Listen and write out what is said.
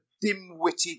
dim-witted